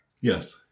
Yes